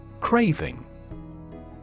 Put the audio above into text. Craving